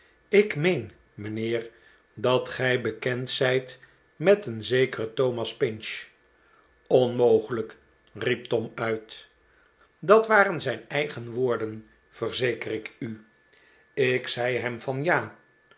ik meen mijnheer r dat gij bekend zijt met een zekeren thomas pinch t onmogelijk riep tom uit dat waren zijn eigen woorden verzeker ik u ik zei hem van ja